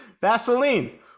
vaseline